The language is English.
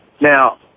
Now